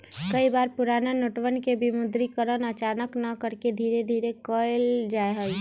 कई बार पुराना नोटवन के विमुद्रीकरण अचानक न करके धीरे धीरे कइल जाहई